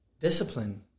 Discipline